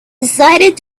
decided